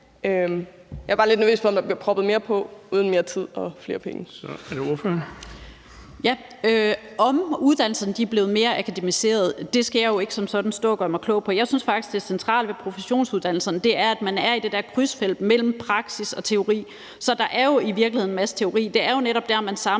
Den fg. formand (Erling Bonnesen): Ordføreren. Kl. 17:56 Karin Liltorp (M): Om uddannelserne er blevet mere akademiserede, skal jeg jo ikke som sådan stå og gøre mig klog på. Jeg synes faktisk, at det centrale ved professionsuddannelserne er, at man er i det der krydsfelt mellem praksis og teori, så der er jo i virkeligheden en masse teori. Det er netop der, man samler